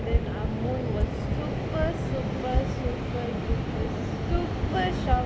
then ah moon was super super super super super shocked